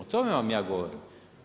O tome vam ja govorim.